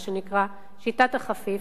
מה שנקרא, שיטת החפיף,